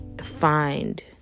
find